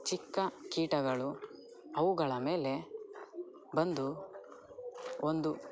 ಚಿಕ್ಕ ಕೀಟಗಳು ಅವುಗಳ ಮೇಲೆ ಬಂದು ಒಂದು